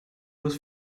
this